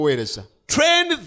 Train